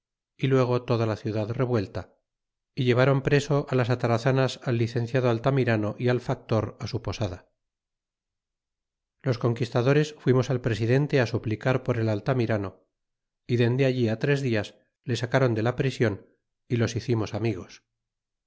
y luego toda la ciudad revuelta y llevron preso las atarazanas al licenciado altamirano y al factor su posada y los conquistadores fuimos al presidente suplicar por el altamirano y dende allí tres dias le sacron de la prision y los hicimos amigos